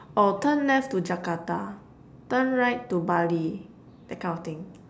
oh turn left to Jakarta turn right to Bali that kind of thing